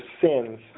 sins